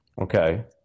Okay